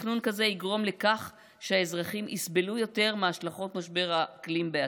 תכנון כזה יגרום לכך שהאזרחים יסבלו יותר מהשלכות משבר האקלים בעתיד.